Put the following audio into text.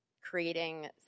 creating